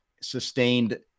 sustained